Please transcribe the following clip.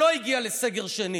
לא הגיעה לסגר שני,